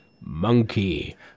Monkey